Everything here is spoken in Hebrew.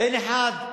אין אחד.